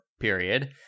period